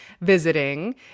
visiting